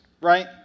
right